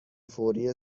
فوری